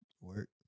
work